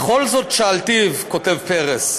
בכל זאת שאלתיו, כתב פרס,